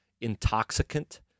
intoxicant